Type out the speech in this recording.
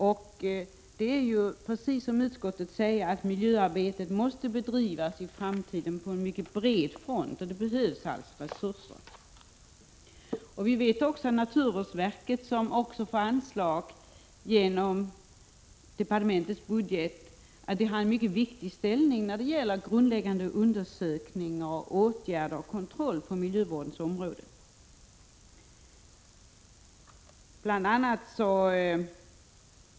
Utskottet säger också att miljöarbetet måste bedrivas på en mycket bred front i framtiden. Till det behövs resurser. Vi vet att naturvårdsverket, som också får anslag genom departementets budget, har en mycket viktig ställning när det gäller grundläggande undersökningar och åtgärder och kontroll på miljövårdens område.